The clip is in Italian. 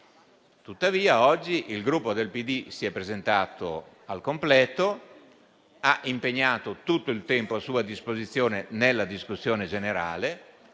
generale. Oggi il Gruppo PD si è presentato al completo, ha impegnato tutto il tempo a sua disposizione nella discussione generale